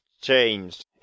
changed